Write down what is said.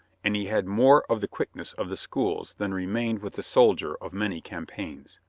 and he had more of the quickness of the schools than re mained with the soldier of many campaigns.